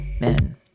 men